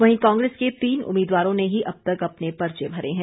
वहीं कांग्रेस के तीन उम्मीदवारों ने ही अब तक अपने पर्चे भरे हैं